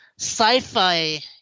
sci-fi